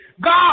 God